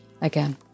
again